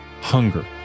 Hunger